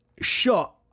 shot